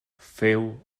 féu